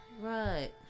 right